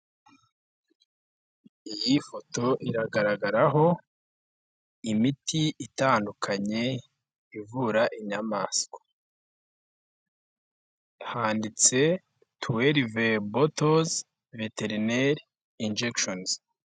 Iyi foto iragaragaraho imiti itandukanye, ivura inyamaswa ,handitse tuwelive botozi, veterineri injegishenizi.